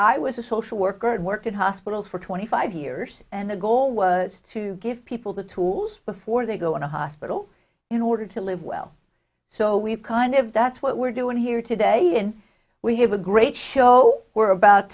was a social worker at work at hospitals for twenty five years and the goal was to give people the tools before they go into hospital in order to live well so we've kind of that's what we're doing here today and we have a great show we're about